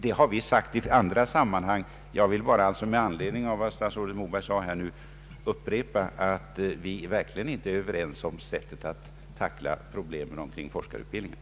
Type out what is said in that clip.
Detta har vi sagt i andra sammanhang. Jag vill alltså bara med anledning av vad statsrådet Moberg sade nu upprepa att vi verkligen inte är överens om det sättet att tackla problemen omkring forskarutbildningen.